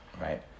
right